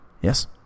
Yes